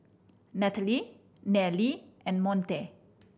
Nnathaly Nellie and Monte